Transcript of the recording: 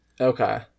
Okay